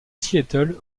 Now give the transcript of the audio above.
seattle